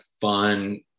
fun